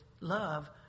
love